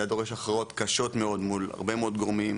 היה דורש הכרעות קשות מאוד מול הרבה מאוד גורמים,